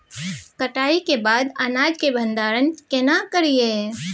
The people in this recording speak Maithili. कटाई के बाद अनाज के भंडारण केना करियै?